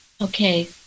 Okay